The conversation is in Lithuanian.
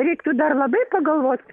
reiktų dar labai pagalvot